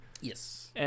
Yes